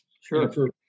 Sure